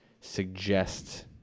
suggest